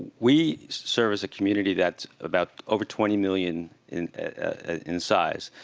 we serve as a community that's about over twenty million in ah in size,